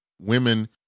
women